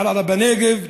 ערערה בנגב,